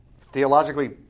theologically